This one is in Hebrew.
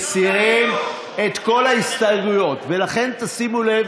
מסירות את כל ההסתייגויות, לכן, תשימו לב,